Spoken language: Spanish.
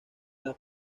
las